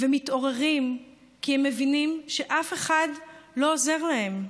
ומתעוררים, כי הם מבינים שאף אחד לא עוזר להם.